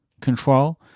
control